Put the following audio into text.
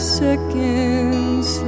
seconds